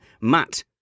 Matt